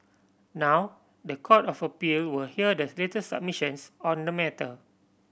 now the Court of Appeal will hear the latest submissions on the matter